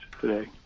today